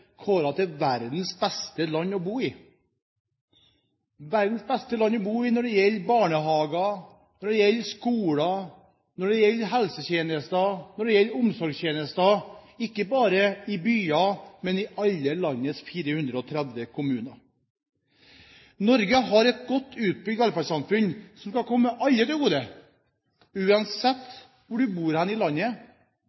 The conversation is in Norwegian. kåret til verdens beste land å bo i – verdens beste land å bo i når det gjelder barnehager, når det gjelder skoler, når det gjelder helsetjenester, når det gjelder omsorgstjenester, ikke bare i byer, men i alle landets 430 kommuner. Norge har et godt utbygd velferdssamfunn som skal komme alle til gode uansett